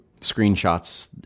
screenshots